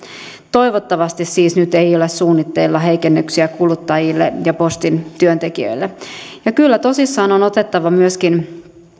toivottavasti siis nyt ei ole suunnitteilla heikennyksiä kuluttajille ja postin työntekijöille ja kyllä tosissaan on otettava myöskin